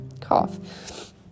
cough